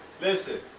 Listen